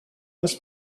this